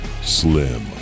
Slim